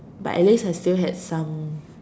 but at least I still had some